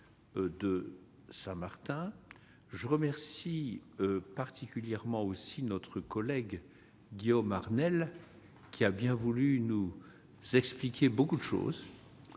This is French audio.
de Saint-Martin. Je salue aussi tout particulièrement notre collègue Guillaume Arnell, qui a bien voulu nous expliquer beaucoup de choses